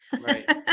right